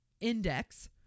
index